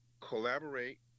collaborate